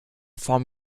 fahren